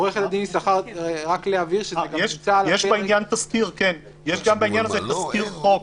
יש בעניין הזה תזכיר חוק שהממשלה,